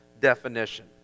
definition